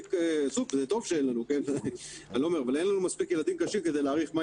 מספיק וטוב שאין לנו, ילדים קשים כדי להעריך.